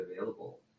available